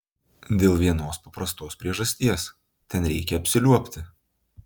dėl vienos paprastos priežasties ten reikia apsiliuobti